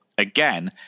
again